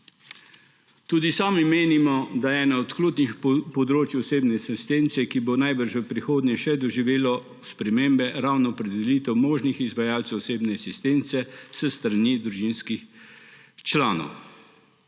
Tudi sami menimo, da je eno od ključnih področij osebne asistence, ki bo najbrž v prihodnje še doživelo spremembe, ravno opredelitev možnih izvajalcev osebne asistence s strani družinskih članov.